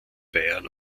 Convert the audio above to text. bayern